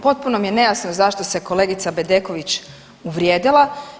Potpuno mi je nejasno zašto se kolegica Bedeković uvrijedila.